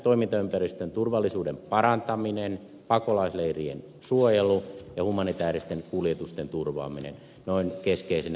toimintaympäristön turvallisuuden parantaminen pakolaisleirien suojelu ja humanitääristen kuljetusten turvaaminen noin keskeisinä